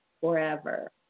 forever